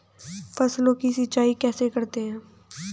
फसलों की सिंचाई कैसे करते हैं?